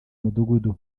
mudugudu